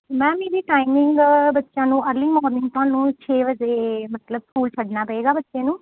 ma'am ਇਹਦੀ timing ਬੱਚਿਆਂ ਨੂੰ ਅਰਲੀ ਮੋਰਨਿੰਗ ਤੁਹਾਨੂੰ ਛੇ ਵਜੇ ਮਤਲਬ ਸਕੂਲ ਛੱਡਣਾ ਪਏਗਾ ਬੱਚੇ ਨੂੰ